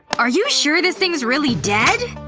are you sure this thing's really dead?